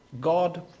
God